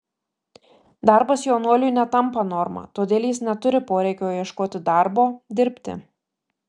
darbas jaunuoliui netampa norma todėl jis neturi poreikio ieškoti darbo dirbti